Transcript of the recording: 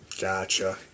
Gotcha